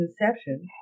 inception